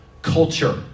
Culture